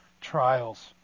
trials